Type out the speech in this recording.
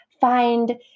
find